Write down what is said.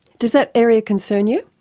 does that area concern you?